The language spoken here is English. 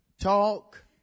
talk